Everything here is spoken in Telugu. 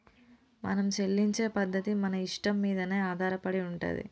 మనం చెల్లించే పద్ధతి మన ఇష్టం మీదనే ఆధారపడి ఉంటది